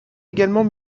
également